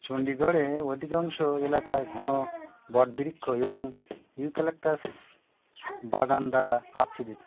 চণ্ডীগড়ে অধিকাংশ এলাকায় ঘন বটবৃক্ষ এবং ইউক্যালিপটাস বাগান দ্বারা আচ্ছাদিত